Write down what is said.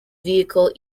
vehicle